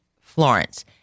Florence